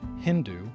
Hindu